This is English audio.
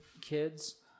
kids